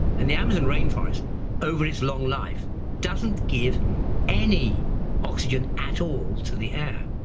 and the amazon rainforest over its long life doesn't give any oxygen at all to the air.